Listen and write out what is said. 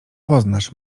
poznasz